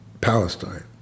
Palestine